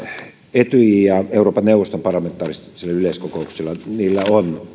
etyjin ja euroopan neuvoston parlamentaarisilla yleiskokouksilla on